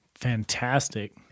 fantastic